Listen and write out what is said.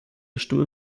stimme